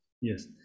Yes